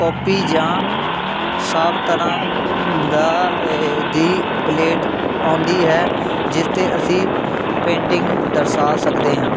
copy ਜਾਂ ਸਾਫ਼ ਤਰ੍ਹਾਂ ਦਾ ਇ ਦੀ ਪਲੇਟ ਆਉਂਦੀ ਹੈ ਜਿਸ 'ਤੇ ਅਸੀਂ ਪੇਂਟਿੰਗ ਦਰਸਾ ਸਕਦੇ ਹਾਂ